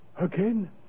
Again